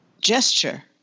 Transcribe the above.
gesture